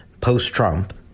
post-Trump